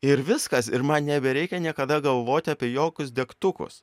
ir viskas ir man nebereikia niekada galvoti apie jokius degtukus